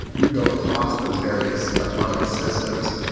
you go across those various autonomous systems.